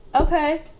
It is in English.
okay